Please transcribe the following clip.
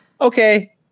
okay